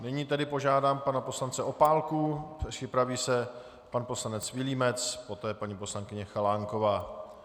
Nyní tedy požádám pana poslance Opálku, připraví se pan poslanec Vilímec, poté paní poslankyně Chalánková.